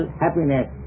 happiness